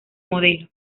modelo